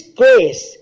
grace